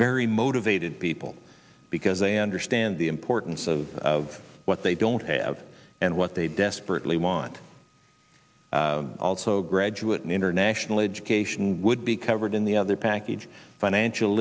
very motivated people because they understand the importance of what they don't have and what they desperately want also graduate in international education would be covered in the other package financial